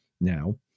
now